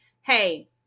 hey